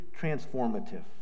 transformative